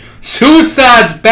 Suicide's